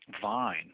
vine